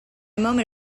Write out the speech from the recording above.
moment